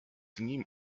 nim